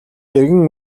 эргэн